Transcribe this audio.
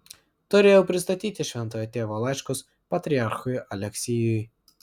turėjau pristatyti šventojo tėvo laiškus patriarchui aleksijui